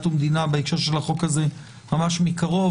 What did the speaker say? ומדינה בהקשר של החוק הזה ממש מקרוב.